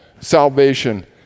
salvation